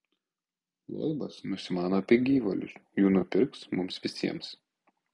loibas nusimano apie gyvulius jų nupirks mums visiems